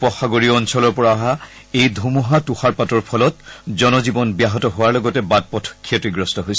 উপসাগৰীয় অঞ্চলৰ পৰা অহা এই ধুমুহা তৃষাৰপাতৰ ফলত জনজীৱন ব্যাহত হোৱাৰ লগতে বাট পথ ক্ষতিগ্ৰস্ত হৈছে